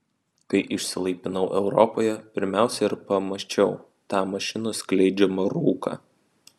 kai išsilaipinau europoje pirmiausia ir pamačiau tą mašinų skleidžiamą rūką